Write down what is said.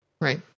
Right